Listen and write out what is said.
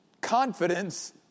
confidence